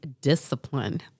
discipline